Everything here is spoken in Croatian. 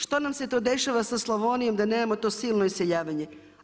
Što nam se to dešava sa Slavonijom da nemamo to silno iseljavanja?